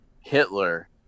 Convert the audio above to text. Hitler